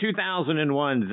2001